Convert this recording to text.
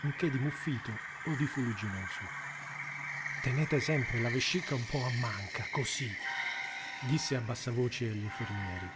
un che di muffito o di fuligginoso tenete sempre la vescica un po a manca così disse a bassa voce agli infermieri